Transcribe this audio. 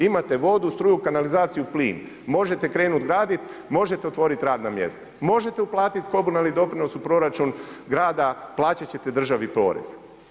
Imate vodu, struju, kanalizaciju, plin, možete krenuti graditi, možete otvoriti radna mjesta, možete uplatiti komunalni doprinos u proračun grada, plaćat ćete državi porez.